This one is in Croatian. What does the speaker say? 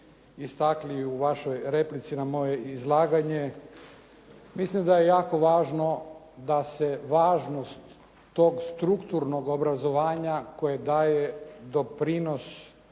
istakli u vašoj replici na moje izlaganje. Mislim da je jako važno da se važnost tog strukturnog obrazovanja koje daje doprinos